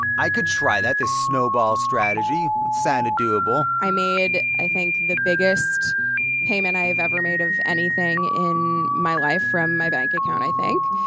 i could try that, this snowball strategy sounded doable i made, i think, the biggest payment i have ever made of anything in my life from my bank account, i think.